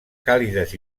càlides